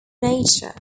nature